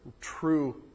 True